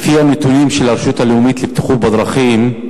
לפי הנתונים של הרשות הלאומית לבטיחות בדרכים,